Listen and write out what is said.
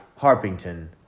Harpington